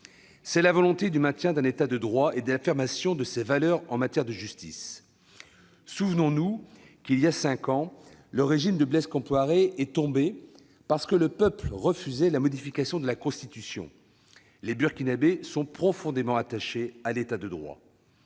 C'est la volonté du maintien d'un État de droit et l'affirmation de ses valeurs en matière de justice. Souvenons-nous que, voilà cinq ans, le régime de Blaise Compaoré est tombé, parce que le peuple refusait la modification de la Constitution. Les Burkinabés sont profondément attachés à un État de droit.